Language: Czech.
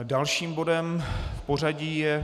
Dalším bodem v pořadí je